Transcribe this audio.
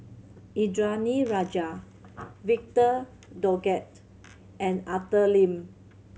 Indranee Rajah Victor Doggett and Arthur Lim